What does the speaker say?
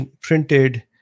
printed